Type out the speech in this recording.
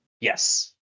Yes